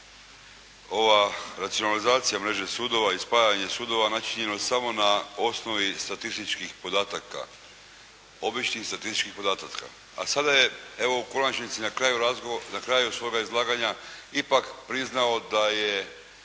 ova racionalizacija mreže sudova i spajanje sudova načinjeno samo na osnovi statističkih podataka, običnih statističkih podataka, a sada je evo u konačnici na kraju svog izlaganja ipak priznao da je,